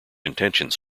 intentions